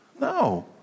No